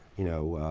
you know,